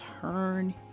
turn